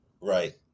Right